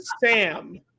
Sam